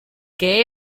que